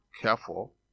careful